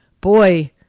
boy